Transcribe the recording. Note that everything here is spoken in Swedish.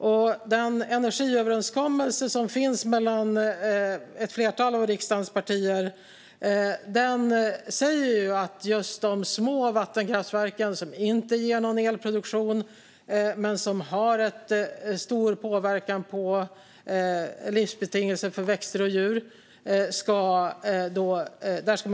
I den energiöverenskommelse som finns mellan ett flertal av riksdagens partier sägs att man ska restaurera naturmiljöerna kring just de små vattenkraftverken som inte ger någon elproduktion men som har stor påverkan på livsbetingelser för växter och djur.